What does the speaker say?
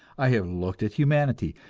i have looked at humanity,